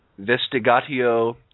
*Vestigatio